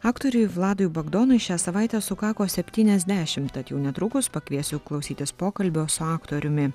aktoriui vladui bagdonui šią savaitę sukako septyniasdešim tad jau netrukus pakviesiu klausytis pokalbio su aktoriumi